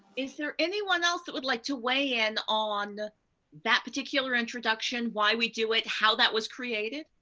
is there anyone else that would like to weigh in on ah that particular introduction, why we do it, how that was created?